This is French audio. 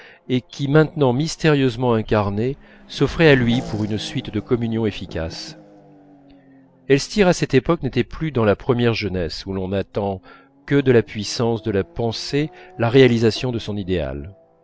et qui maintenant mystérieusement incarné s'offrait à lui pour une suite de communions efficaces elstir à cette époque n'était plus dans la première jeunesse où l'on attend que de la puissance de la pensée la réalisation de son idéal